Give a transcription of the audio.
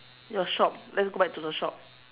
your shop let's go back to the shop